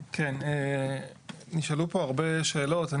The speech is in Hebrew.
נשאלו פה הרבה שאלות,